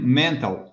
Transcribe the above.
mental